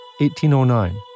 1809